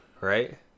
right